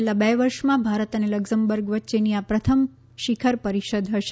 છેલ્લા બે વર્ષમાં ભારત અને લકઝમબર્ગ વચ્ચેની આ પ્રથમ શિખર પરિષદ હશે